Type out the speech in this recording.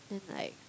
then like